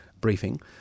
briefing